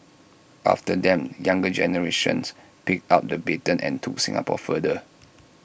after them younger generations picked up the baton and took Singapore further